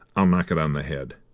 i'll knock it on the head.